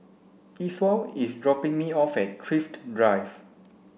Esau is dropping me off at Thrift Drive